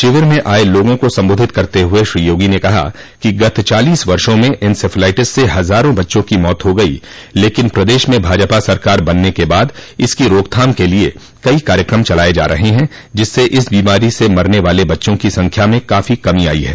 शिविर में आये लोगों को सम्बोधित करते हुए श्री योगी ने कहा कि गत चालीस वर्षो में इंसेफ्लाइटिस से हजारों बच्चों की मौत हो गयी लेकिन प्रदेश में भाजपा सरकार बनने के बाद रोकथाम के लिए कई कार्यक्रम चलाये जा रहे हैं जिससे इस बीमारी से मरने वाले बच्चों की संख्या में काफी कमी आयी है